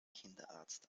kinderarzt